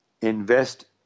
invest